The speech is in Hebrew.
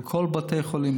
בכל בתי החולים.